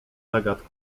zagadką